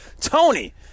Tony